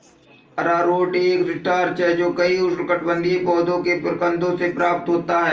अरारोट एक स्टार्च है जो कई उष्णकटिबंधीय पौधों के प्रकंदों से प्राप्त होता है